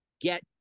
get